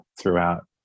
throughout